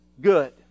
good